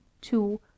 two